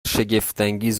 شگفتانگیز